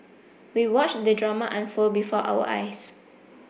we watched the drama unfold before our eyes